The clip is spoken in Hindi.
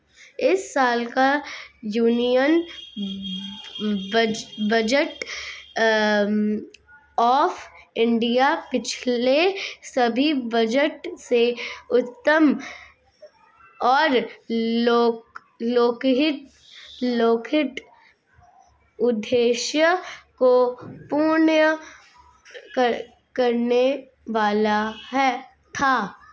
इस साल का यूनियन बजट ऑफ़ इंडिया पिछले सभी बजट से उत्तम और लोकहित उद्देश्य को पूर्ण करने वाला था